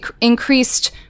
increased